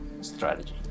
strategy